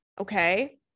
Okay